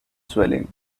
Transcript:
swelling